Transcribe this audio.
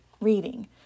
reading